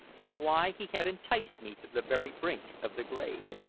and why he had enticed me to the very brink of the grave.